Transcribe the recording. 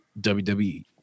WWE